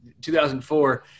2004